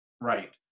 right